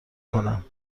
کنم